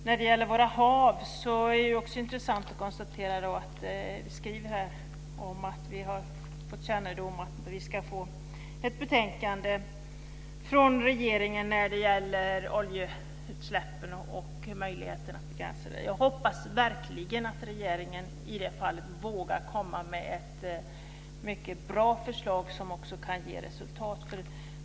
När det gäller våra hav skriver vi att vi har fått kännedom om att vi ska få ett förslag från regeringen om oljeutsläppen. Jag hoppas verkligen att regeringen i det fallet vågar komma med ett mycket bra förslag som också ger resultat.